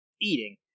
eating